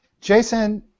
Jason